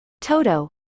toto